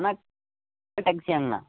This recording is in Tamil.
அண்ணா டேக்ஸியாங்கண்ணா